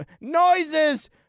noises